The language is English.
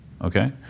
Okay